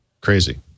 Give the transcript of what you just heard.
Crazy